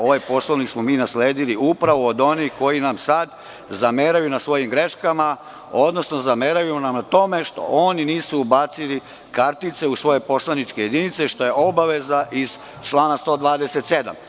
Ovaj Poslovnik smo mi nasledili upravo od onih koji nam sada zameraju na svojim greškama, odnosno zameraju nam na tome što oni nisu ubacili kartice u svoje poslaničke jedinice što je obaveza iz člana 127.